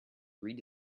read